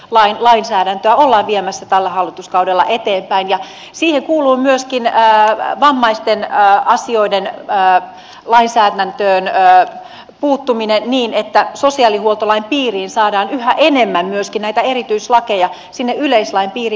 nimittäin sosiaalihuoltolainsäädäntöä ollaan viemässä tällä hallituskaudella eteenpäin ja siihen kuuluu myöskin vammaisten asioiden lainsäädäntöön puuttuminen niin että sosiaalihuoltolain piiriin saadaan yhä enemmän myöskin näitä erityislakeja sinne yleislain piiriin